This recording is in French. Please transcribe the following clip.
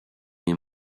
les